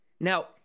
Now